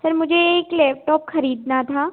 sir मुझे एक laptop खरीदना था